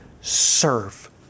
serve